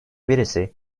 birisi